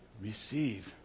Receive